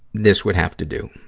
this would have to do.